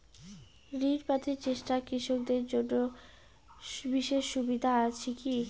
ঋণ পাতি চেষ্টা কৃষকদের জন্য বিশেষ সুবিধা আছি কি?